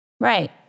Right